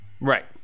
right